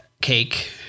cake